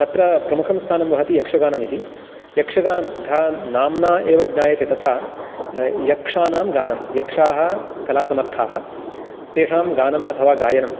तत्र प्रमुखं स्थानं वहति यक्षगानम् इति यक्षगानं यथा नाम्ना एव ज्ञायते तथा यक्षाणां गानं यक्षाः कलासमर्थाः तेषां गानम् अथवा गायनं